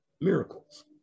miracles